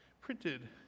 printed